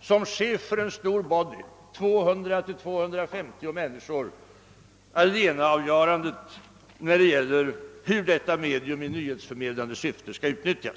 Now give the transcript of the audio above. såsom chef för en »body» på 200—250 människor lägga allenaavgörandet hur detta medium i nyhetsförmedlande syfte skall utnyttjas?